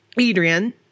Adrian